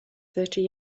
thirty